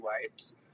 wipes